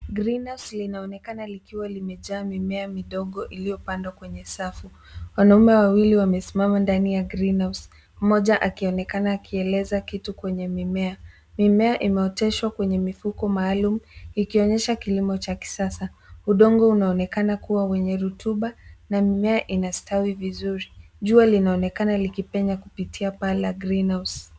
Green house linaonekana likiwa limejaa mimea midogo iliyopandwa kwenye safu. Wanaume wawili wamesimama ndani ya green house. MMoja akionekana akieleza kitu kwenye mimea. Mimea imeoteshwa kwenye mifuko maalum ikionyesha kilimo cha kisasa. Udongo unaonekana kuwa wenye rutuba na mimea inastawi vizuri. Jua linaonekana likipenya kupitia paa la Green house .